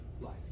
life